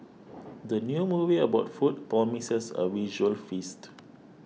the new movie about food promises a visual feast